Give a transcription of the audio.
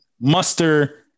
muster